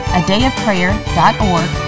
adayofprayer.org